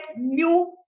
new